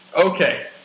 Okay